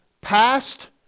passed